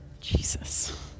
Jesus